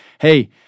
hey